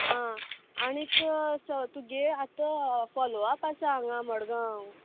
आं आनीक तुगे आतां हय फोलो आप आसा हांगा मडगांव